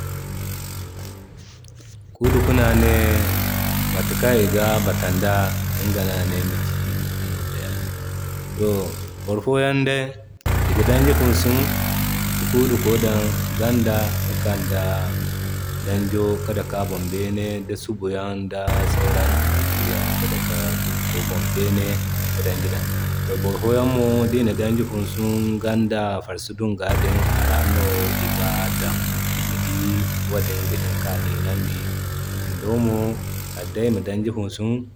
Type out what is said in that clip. Kuuduku no ane matakan iga batan da iŋga no ane ayma ci ki no bayani. To boro foyan day iga danji funsu ka kuuduko dake ka kanda ki kande danjo ki dake abon bene, di subuyaŋ da sauran turi turiyaŋ ka dake kuduko boŋ bene ka danji dan. To boro foyaŋ mo ni dii iga danji dake ganda farsi duŋgwa din ra no iga dan ni dii wadin ga hina ka niinandi. Kindo mo kadday ima danji funsu